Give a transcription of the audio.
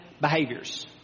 behaviors